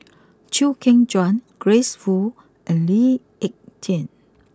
Chew Kheng Chuan Grace Fu and Lee Ek Tieng